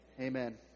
Amen